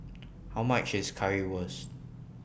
How much IS Currywurst